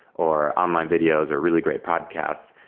or online videos, or really great podcasts.